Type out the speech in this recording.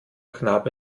knabe